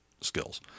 skills